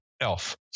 elf